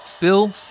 Bill